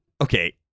Okay